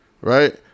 Right